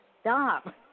stop